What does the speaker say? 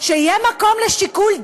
שיהיה מקום לשיקול דעת,